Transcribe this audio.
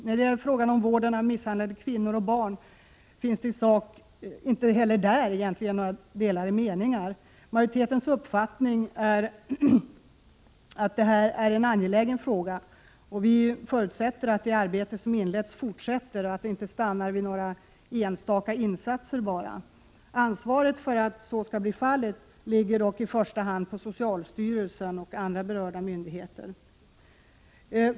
När det gäller frågan om vården av misshandlade kvinnor och barn finns det egentligen inte heller några delade meningar i sak. Majoritetens uppfattning är att detta är en angelägen fråga. Vi förutsätter att det arbete som har inletts fortsätter och att det inte stannar vid några enstaka insatser. Ansvaret för att så skall bli fallet ligger dock i första hand på socialstyrelsen och andra berörda myndigheter.